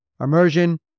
immersion